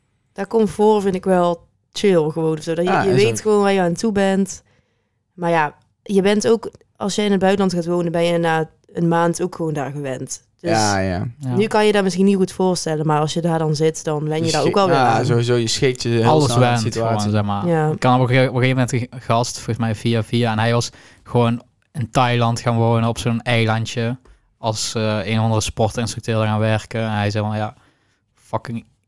Dat comfort vind ik wel chill gewoon, zodat je- Ja, je is weet ook- gewoon waar je aan toe bent. Maar ja, je bent ook- als jij in het buitenland gaat wonen, ben je na een maand ook gewoon daar gewend. Dus Ja, ja. Ja. nu kan je dat misschien niet goed voorstellen, maar als je daar dan zit, dan ben Dus je je daar ook schik- wel weer ja, aan. sowieso, je schikt je heel Alles snel aan de went gewoon, situatie. zeg maar. Ja. Ik kan op een gege- op een gegeven moment een gast, volgens mij via via, en hij was gewoon in Thailand gaan wonen op zo'n eilandje, als, eh, een of andere sportinstructeur er gaan werken. En hij zei van, ja, fucking-